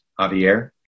Javier